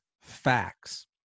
facts